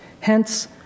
Hence